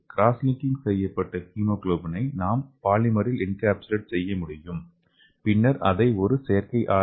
cross linking செய்யப்பட்ட ஹீமோகுளோபினை நாம் பாலிமரில் என்கேப்சுலேட் செய்ய முடியும் பின்னர் அதை ஒரு செயற்கை ஆர்